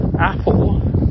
Apple